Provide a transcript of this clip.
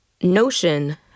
notion